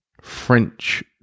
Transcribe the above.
French